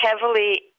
heavily